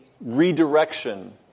redirection